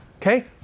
Okay